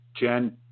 Jen